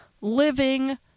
living